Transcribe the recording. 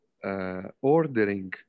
Ordering